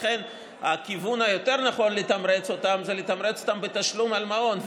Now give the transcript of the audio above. לכן הכיוון היותר-נכון לתמרץ אותן זה לתמרץ אותן בתשלום על מעון,